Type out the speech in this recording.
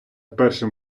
першим